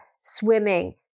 swimming